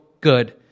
good